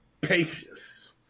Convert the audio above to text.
patience